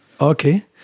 Okay